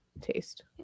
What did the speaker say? taste